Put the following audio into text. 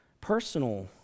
personal